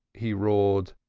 he roared,